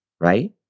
right